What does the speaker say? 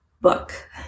book